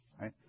Right